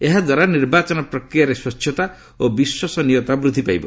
ଏହା ଦ୍ୱାରା ନିର୍ବାଚନ ପ୍ରକ୍ରିୟାରେ ସ୍ୱଚ୍ଛତା ଓ ବିଶ୍ୱସନୀୟତା ବୃଦ୍ଧି ପାଇବ